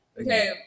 Okay